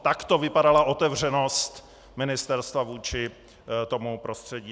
Takto vypadala otevřenost ministerstva vůči tomu prostředí.